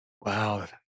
Wow